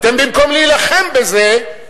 אתם, במקום להילחם בזה,